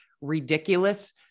ridiculous